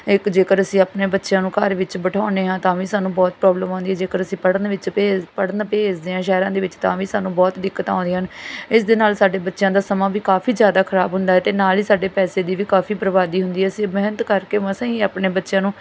ਇੱਕ ਜੇਕਰ ਅਸੀਂ ਆਪਣੇ ਬੱਚਿਆਂ ਨੂੰ ਘਰ ਵਿੱਚ ਬਿਠਾਉਂਦੇ ਹਾਂ ਤਾਂ ਵੀ ਸਾਨੂੰ ਬਹੁਤ ਪ੍ਰੋਬਲਮ ਆਉਂਦੀ ਹੈ ਜੇਕਰ ਅਸੀਂ ਪੜ੍ਹਨ ਵਿੱਚ ਭੇਜ ਪੜ੍ਹਨ ਭੇਜਦੇ ਹਾਂ ਸ਼ਹਿਰਾਂ ਦੇ ਵਿੱਚ ਤਾਂ ਵੀ ਸਾਨੂੰ ਬਹੁਤ ਦਿੱਕਤਾਂ ਆਉਂਦੀਆਂ ਹਨ ਇਸ ਦੇ ਨਾਲ ਸਾਡੇ ਬੱਚਿਆਂ ਦਾ ਸਮਾਂ ਵੀ ਕਾਫ਼ੀ ਜ਼ਿਆਦਾ ਖਰਾਬ ਹੁੰਦਾ ਅਤੇ ਨਾਲ ਹੀ ਸਾਡੇ ਪੈਸੇ ਦੀ ਵੀ ਕਾਫ਼ੀ ਬਰਬਾਦੀ ਹੁੰਦੀ ਅਸੀਂ ਮਿਹਨਤ ਕਰਕੇ ਮਸਾਂ ਹੀ ਆਪਣੇ ਬੱਚਿਆਂ ਨੂੰ